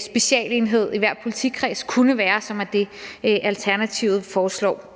specialenhed i hver politikreds kunne være, som er det, Alternativet foreslår.